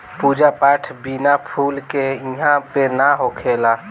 पूजा पाठ बिना फूल के इहां पे ना होखेला